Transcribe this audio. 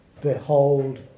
behold